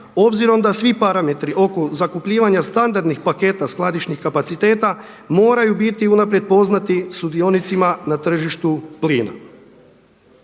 obzirom da svi parametri oko zakupljivanja standardnih paketa skladišnih kapaciteta moraju biti unaprijed poznati sudionicima na tržištu plina.